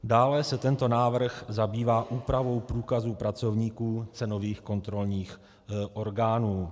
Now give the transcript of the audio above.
Dále se tento návrh zabývá úpravou průkazu pracovníků cenových kontrolních orgánů.